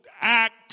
Acts